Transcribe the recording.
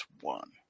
One